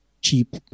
Cheap